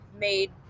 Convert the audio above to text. made